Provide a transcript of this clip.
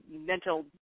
mental